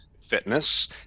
fitness